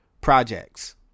projects